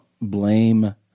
blame